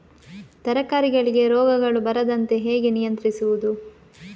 ತರಕಾರಿಗಳಿಗೆ ರೋಗಗಳು ಬರದಂತೆ ಹೇಗೆ ನಿಯಂತ್ರಿಸುವುದು?